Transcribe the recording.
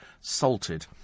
salted